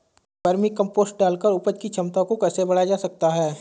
Vermi compost डालकर उपज की क्षमता को कैसे बढ़ाया जा सकता है?